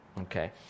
Okay